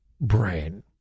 brain